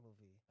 movie